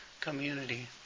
community